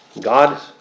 God